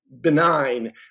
benign